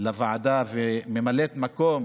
לוועדה וממלאת מקום